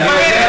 תפנה,